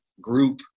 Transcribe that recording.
group